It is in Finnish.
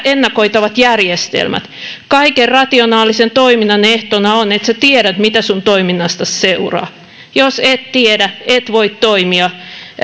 ennakoitavat järjestelmät kaiken rationaalisen toiminnan ehtona on että tiedät mitä toiminnastasi seuraa jos et tiedä et voi toimia